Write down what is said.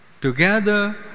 Together